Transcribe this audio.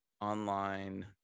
online